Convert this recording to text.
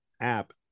app